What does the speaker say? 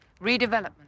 Redevelopment